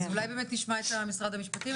אז אולי באמת נשמע את משרד המשפטים,